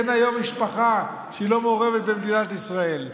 אין היום משפחה שהיא לא מעורבת במדינת ישראל.